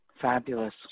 Fabulous